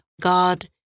God